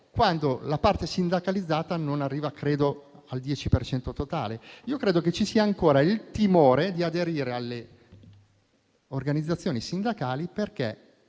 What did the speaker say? quando la parte sindacalizzata non arriva credo al 10 per cento del totale. Credo che ci sia ancora il timore di aderire alle organizzazioni sindacali, perché